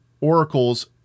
oracles